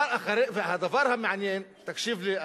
הדבר המעניין, תקשיב לי,